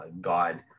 God